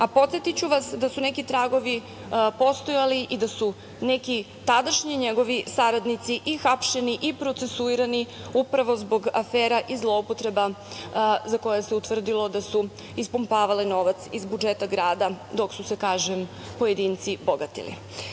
Podsetiću vas da su neki tragovi postojali i da su neki tadašnji njegovi saradnici i hapšeni, i procesuirani upravo zbog afera i zloupotreba za koje se utvrdilo da su ispumpavali novac iz budžeta grada, dok su se kažem, pojedinci bogatili. Zbog